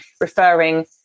referring